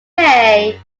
may